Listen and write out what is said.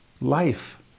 life